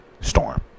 storm